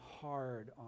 hard